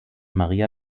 maria